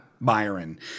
Byron